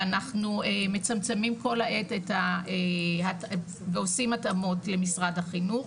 ואנחנו מצמצים כל העת ועושים התאמות למשרד החינוך.